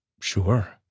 Sure